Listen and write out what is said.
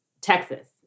texas